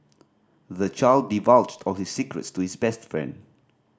the child divulged all his secrets to his best friend